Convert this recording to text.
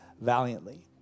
valiantly